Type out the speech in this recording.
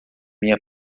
minha